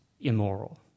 immoral